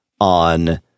on